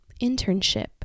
Internship